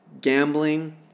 gambling